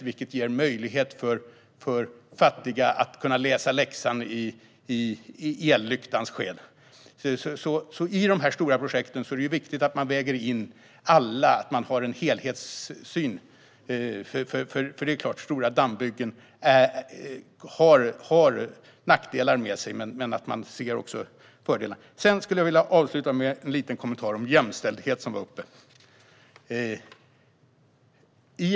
Det ger fattiga möjlighet att kunna läsa läxan i skenet av en ellykta. I de stora projekten är det alltså viktigt att väga in alla, att ha en helhetssyn. Det är klart att stora dammbyggen för med sig nackdelar. Men man måste även se fördelarna. Jag vill avsluta med en kommentar om jämställdhet, som tagits upp här.